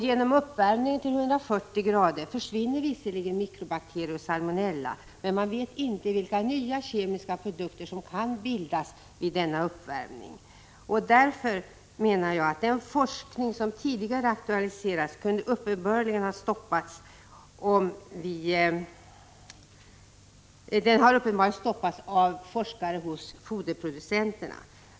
Genom uppvärmningen till 140” försvinner visserligen mikrobakterier och salmonellabakterier, men vi vet inte vilka nya kemiska produkter som kan bildas vid denna uppvärmning. Prot. 1985/86:45 Den forskning som tidigare aktualiserats har uppenbarligen stoppats av 5 december 1985 forskare hos foderproducenterna.